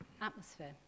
atmosphere